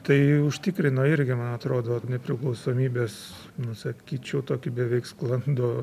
tai užtikrino irgi man atrodo nepriklausomybės nu sakyčiau tokį beveik sklandų